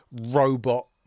robot